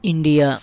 India